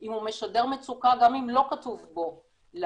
אם הוא משדר מצוקה גם אם לא כתוב בו 'למות',